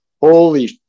Holy